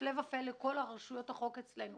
הפלא ופלא, כל רשויות החוק אצלנו